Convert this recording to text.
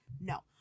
no